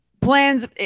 plans